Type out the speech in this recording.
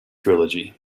trilogy